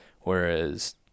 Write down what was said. Whereas